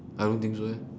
I don't think so eh